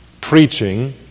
preaching